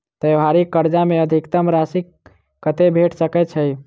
त्योहारी कर्जा मे अधिकतम राशि कत्ते भेट सकय छई?